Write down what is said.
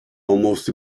almost